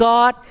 God